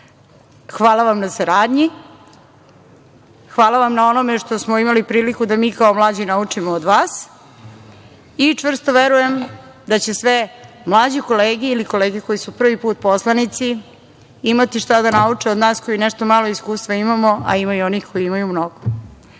Hvala vam na saradnji, hvala vam na onome što smo imali priliku da mi kao mlađi naučimo od vas i čvrsto verujem da će sve mlađe kolege ili kolege koji su prvi put poslanici imati šta da nauče od nas koji nešto malo iskustva imamo, a ima i onih koji imaju mnogo.